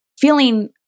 feeling